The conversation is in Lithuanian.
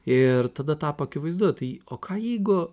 ir tada tapo akivaizdu tai o ką jeigu